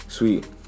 Sweet